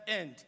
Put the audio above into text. end